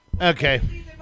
Okay